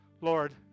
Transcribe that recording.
Lord